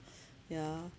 yeah